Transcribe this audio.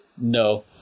No